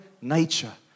nature